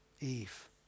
Eve